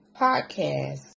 podcast